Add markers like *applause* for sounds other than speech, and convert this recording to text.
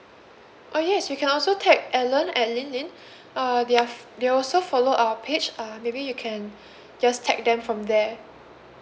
oh yes you can also tag alan and lin lin *breath* uh their f~ they also follow our page ah maybe you can *breath* just tag them from there